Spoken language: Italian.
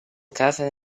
casa